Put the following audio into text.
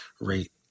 rate